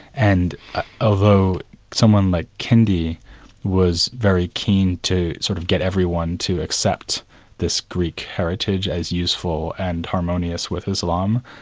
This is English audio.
and although someone like kindi was very keen to sort of get everyone to accept this greek heritage as useful and harmonious with islam,